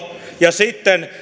ja sitten